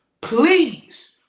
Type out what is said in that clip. please